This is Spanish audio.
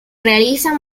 realizan